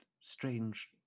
strange